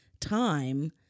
time